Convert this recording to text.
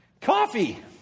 Coffee